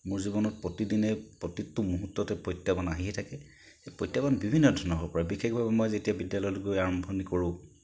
মোৰ জীৱনত প্ৰতিদিনে প্ৰত্যেকটো মুহূৰ্তত প্ৰত্যাহ্বান আহিয়েই থাকে এই প্ৰত্যাহ্বান বিভিন্ন ধৰণৰ হ'ব পাৰে বিশেষভাৱে মই যেতিয়া বিদ্যালয়লৈ গৈ আৰম্ভণি কৰোঁ